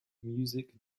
music